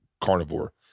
carnivore